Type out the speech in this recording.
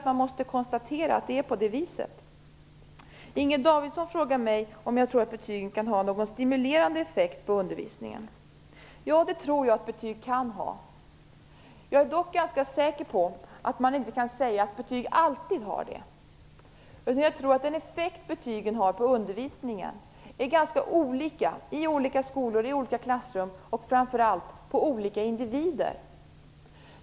Man måste konstatera att det är på det viset. Inger Davidson frågade mig om jag tror att betygen kan ha någon stimulerande effekt på undervisningen. Ja, det tror jag att betyg kan ha. Jag är dock ganska säker på att man inte kan säga att betyg alltid har det. Den effekt som betygen har på undervisningen är olika i olika skolor, i olika klassrum och framför allt olika för olika individer.